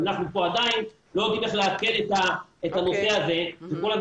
אבל אנחנו פה עדיין לא יודעים איך לעכל את הנושא הזה וכל הזמן